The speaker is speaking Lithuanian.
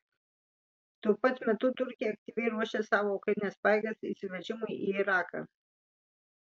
tuo pat metu turkija aktyviai ruošia savo karines pajėgas įsiveržimui į iraką